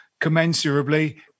commensurably